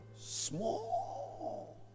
small